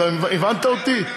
הבנת אותי?